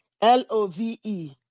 L-O-V-E